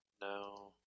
No